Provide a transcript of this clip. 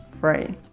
free